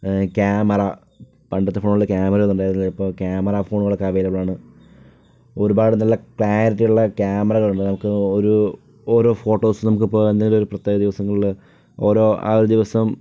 camera പണ്ടത്തെ ഫോണിൽ ക്യാമറയൊന്നും ഉണ്ടായിരുന്നില്ല ഇപ്പോൾ ക്യാമറ ഫോണുകൾ ഒക്കെ അവൈലബിൾ ആണ് ഒരുപാട് നല്ല ക്ലാരിറ്റിയുള്ള ക്യാമറകൾ ഉണ്ട് നമുക്ക് ഓരോ ഓരോ ഫോട്ടോസും നമുക്ക് ഇപ്പൊൾ എന്തെങ്കിലും പ്രത്യേക ദിവസങ്ങളില് ഓരോ ആ ദിവസം